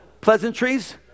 Pleasantries